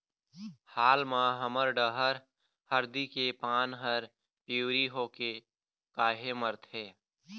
हाल मा हमर डहर हरदी के पान हर पिवरी होके काहे मरथे?